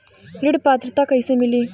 ऋण पात्रता कइसे मिली?